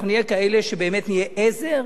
אנחנו נהיה כאלה שבאמת הם עזר.